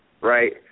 right